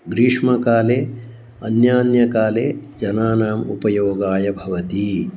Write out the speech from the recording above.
ग्रीष्मकाले अन्यान्यकाले जनानाम् उपयोगाय भवति